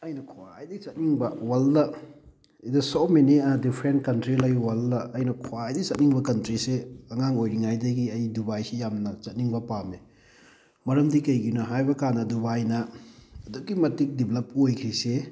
ꯑꯩꯅ ꯈ꯭ꯋꯥꯏꯗꯒꯤ ꯆꯠꯅꯤꯡꯕ ꯋꯥꯔꯜꯗ it's the so many different country ꯂꯩ ꯋꯥꯔꯜꯗ ꯑꯩꯅ ꯈ꯭ꯋꯥꯏꯗꯒꯤ ꯆꯠꯅꯤꯡꯕ ꯀꯟꯇ꯭ꯔꯤꯁꯤ ꯑꯉꯥꯡ ꯑꯣꯏꯔꯤꯉꯥꯏꯗꯒꯤ ꯑꯩ ꯗꯨꯕꯥꯏꯁꯤ ꯌꯥꯝꯅ ꯆꯠꯅꯤꯡꯕ ꯄꯥꯝꯃꯤ ꯃꯔꯝꯗꯤ ꯀꯩꯒꯤꯅꯣ ꯍꯥꯏꯕꯀꯥꯟꯗ ꯗꯨꯕꯥꯏꯅ ꯑꯗꯨꯛꯀꯤ ꯃꯇꯤꯛ ꯗꯤꯚꯕꯂꯞ ꯑꯣꯏꯈ꯭ꯔꯤꯁꯤ